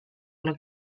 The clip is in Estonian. olla